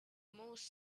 most